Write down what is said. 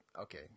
Okay